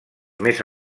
més